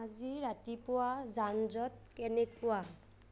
আজি ৰাতিপুৱা যান জঁট কেনেকুৱা